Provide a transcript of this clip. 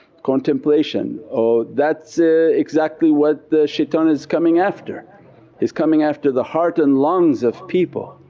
contemplation. oh that's exactly what the shaitan is coming after he's coming after the heart and lungs of people.